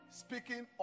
speaking